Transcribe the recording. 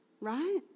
Right